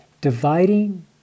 dividing